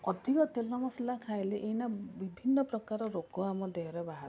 ଅଧିକ ତେଲ ମସଲା ଖାଇଲେ ଏଇନା ବିଭିନ୍ନ ପ୍ରକାର ରୋଗ ଆମ ଦେହରେ ବାହାରୁଛି